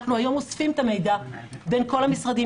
אנחנו היום אוספים את המידע בין כל המשרדים.